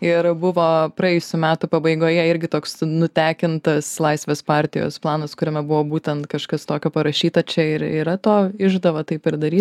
ir buvo praėjusių metų pabaigoje irgi toks nutekintas laisvės partijos planas kuriame buvo būtent kažkas tokio parašyta čia ir yra to išdava taip ir darysit